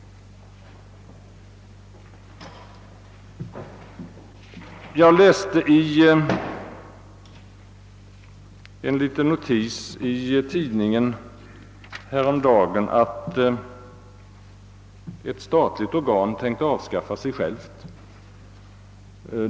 Jag läste i en liten notis i tidningen härom dagen att ett statligt organ tänkte avskaffa sig självt.